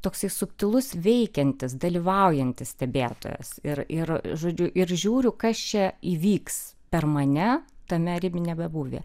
toksai subtilus veikiantis dalyvaujantis stebėtojas ir ir žodžiu ir žiūriu kas čia įvyks per mane tame ribiniame būvyje